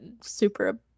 super